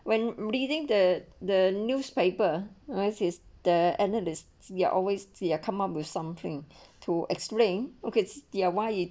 when reading the the newspaper once is the analysts there always ya come up with something to explain okay it's why is